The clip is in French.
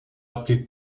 appelée